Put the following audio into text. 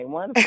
One